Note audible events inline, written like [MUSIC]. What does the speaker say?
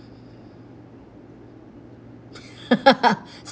[LAUGHS]